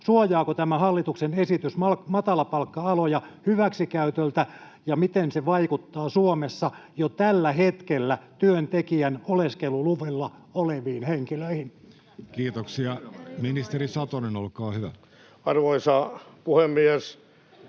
suojaako tämä hallituksen esitys matalapalkka-aloja hyväksikäytöltä, ja miten se vaikuttaa Suomessa jo tällä hetkellä työntekijän oleskeluluvilla oleviin henkilöihin? Kiitoksia. — Ministeri Satonen, olkaa hyvä. Arvoisa puhemies!